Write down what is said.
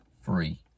free